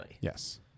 Yes